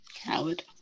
Coward